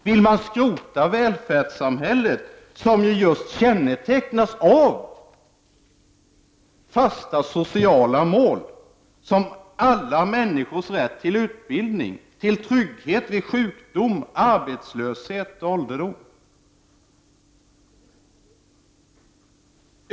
Vill man skrota välfärdssamhället, som kännetecknas av just fasta sociala mål, såsom alla människors rätt till utbildning, till trygghet vid sjukdom, arbetslöshet och ålderdom?